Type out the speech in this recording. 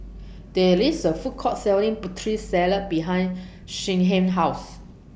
There IS A Food Court Selling Putri Salad behind Shyheim's House